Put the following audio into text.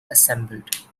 assembled